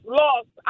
lost